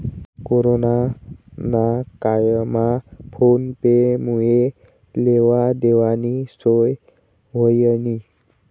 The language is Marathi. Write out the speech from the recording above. कोरोना ना कायमा फोन पे मुये लेवा देवानी सोय व्हयनी